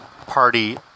party